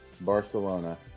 Barcelona